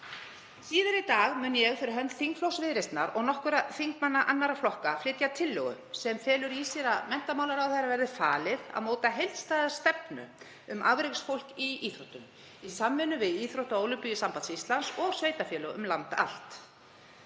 Síðar í dag mun ég fyrir hönd þingflokks Viðreisnar og nokkurra þingmanna annarra flokka flytja tillögu sem felur í sér að hæstv. menntamálaráðherra verði falið að móta heildstæða stefnu um afreksfólk í íþróttum í samvinnu við Íþrótta- og Ólympíusamband Íslands og sveitarfélög um land allt.